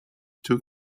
two